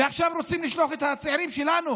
ועכשיו רוצים לשלוח את הצעירים שלנו